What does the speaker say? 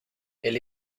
elle